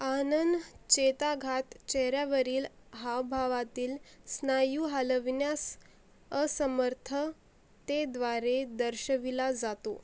आनन चेताघात चेहऱ्यावरील हावभावातील स्नायू हलविण्यास असमर्थतेद्वारे दर्शविला जातो